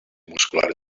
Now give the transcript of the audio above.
muscular